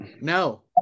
No